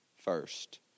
First